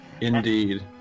indeed